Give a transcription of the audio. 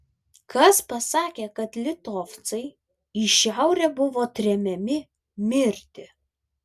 kas pasakė kad litovcai į šiaurę buvo tremiami mirti